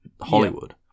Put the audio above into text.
Hollywood